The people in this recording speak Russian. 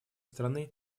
страны